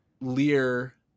Lear